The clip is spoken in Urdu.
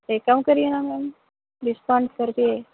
ایک کام کریے نا میم ڈسکاؤنٹ کر کے